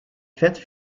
faite